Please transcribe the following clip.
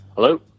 hello